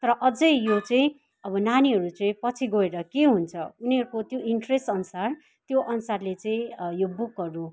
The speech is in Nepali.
तर अझै यो चाहिँ अब नानीहरू चाहिँ पछि गएर के हुन्छ उनीहरूको त्यो इन्ट्रेसअनुसार त्यो अनुसारले चाहिँ यो बुकहरू